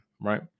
Right